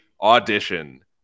Audition